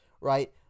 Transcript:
right